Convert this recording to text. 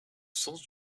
sens